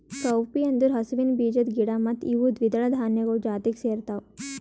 cowpea ಅಂದುರ್ ಹಸುವಿನ ಬೀಜದ ಗಿಡ ಮತ್ತ ಇವು ದ್ವಿದಳ ಧಾನ್ಯಗೊಳ್ ಜಾತಿಗ್ ಸೇರ್ತಾವ